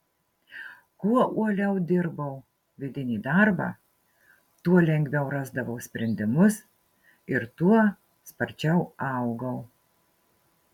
kuo uoliau dirbau vidinį darbą tuo lengviau rasdavau sprendimus ir tuo sparčiau augau